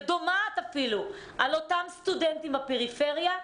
ודומעת אפילו על אותם סטודנטים בפריפריה,